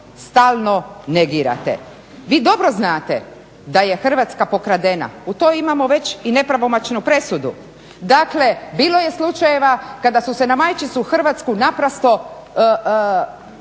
stalno negirate. Vi dobro znate da je Hrvatska pokradena, u to imamo već i nepravomoćnu presudu. Dakle, bilo je slučajeva kada su se na majčicu Hrvatsku naprosto